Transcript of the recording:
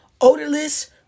odorless